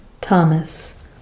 Thomas